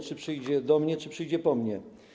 Czy przyjdzie do mnie, czy przyjdzie po mnie.